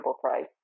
price